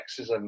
sexism